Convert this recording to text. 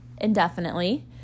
indefinitely